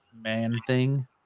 Man-Thing